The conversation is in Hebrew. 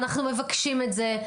ואנחנו מבקשים את זה.